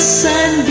sun